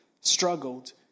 struggled